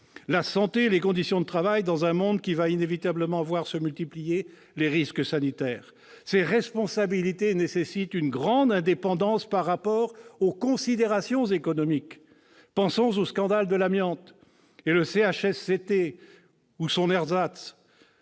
la santé, les conditions de travail -dans un monde qui va inévitablement voir se multiplier les risques sanitaires. L'exercice de ces responsabilités nécessite une grande indépendance par rapport aux considérations économiques : pensons au scandale de l'amiante. Le CHSCT, ou son ersatz,